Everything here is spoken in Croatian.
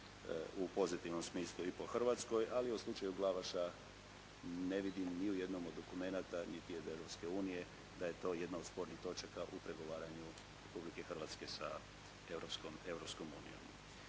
u pozitivnom smislu i po Hrvatskoj, ali u slučaju Glavaša ne vidim ni u jednom od dokumenata niti od Europske unije da je to jedna od spornih točaka u pregovaranju Republike Hrvatske sa